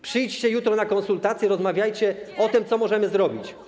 Przyjdźcie jutro na konsultacje, rozmawiajcie o tym, co możemy zrobić.